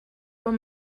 were